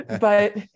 but-